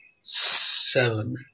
seven